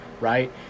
Right